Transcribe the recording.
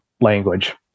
language